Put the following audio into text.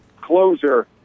closer